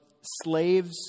slaves